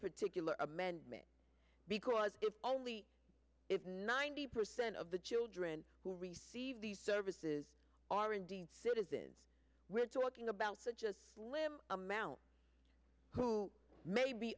particular amendment because if only if ninety percent of the children who receive these services are indeed citizens we're talking about such a limb amount who may be